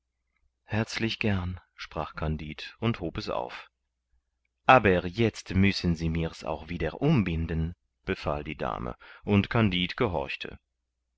herzlich gern sprach kandid und hob es auf aber jetzt müssen sie mir's auch wieder umbinden befahl die dame und kandid gehorchte